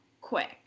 quick